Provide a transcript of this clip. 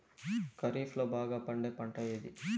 ఖరీఫ్ లో బాగా పండే పంట ఏది?